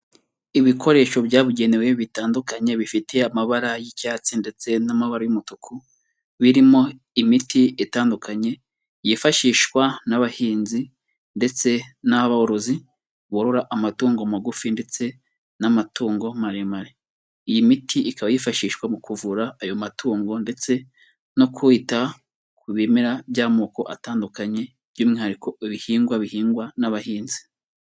Ibikoresho byabugenewe bitandukanye bifite amabara y'icyatsi ndetse n'amaba y'umutuku, birimo imiti itandukanye yifashishwa n'abahinzi ndetse n'aborozi borora amatungo magufi ndetse n'amatungo maremare, iyi miti ikaba yifashishwa mu kuvura ayo matungo ndetse no kwita ku bimera by'amoko atandukanye by'umwihariko ibihingwa bihingwa n'abahinzi.